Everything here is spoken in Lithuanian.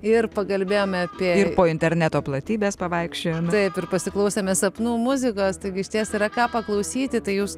ir pakalbėjome apie ir po interneto platybes pavaikščioję taip ir pasiklausėme sapnų muzikos taigi išties yra ką paklausyti tai jūs